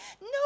No